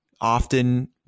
often